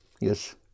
yes